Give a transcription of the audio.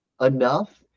enough